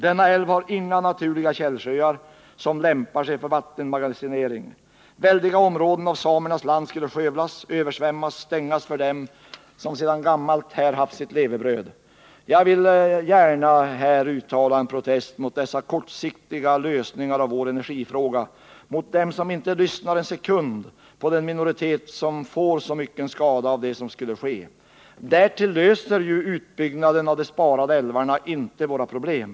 Denna älv har inga naturliga källsjöar som lämpar sig för vattenmagasinering. Väldiga områden av samernas land skulle skövlas, översvämmas och stängas för dem som sedan gammalt där haft sitt levebröd. Jag vill här gärna uttala en protest mot dessa kortsiktiga lösningar av vår energifråga, mot dem som inte lyssnar en sekund på den minoritet som skulle orsakas så mycken skada av det som skulle ske. Därtill löser ju utbyggnaden av de sparade älvarna inte våra problem.